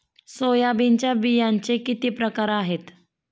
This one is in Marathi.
सोयाबीनच्या बियांचे किती प्रकार आहेत?